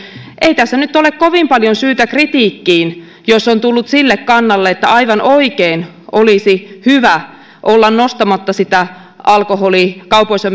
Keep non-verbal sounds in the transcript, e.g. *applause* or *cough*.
ei tässä nyt ole kovin paljon syytä kritiikkiin jos on tullut sille kannalle että aivan oikein olisi hyvä olla nostamatta sitä kaupoissa *unintelligible*